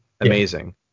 amazing